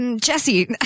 Jesse